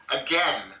again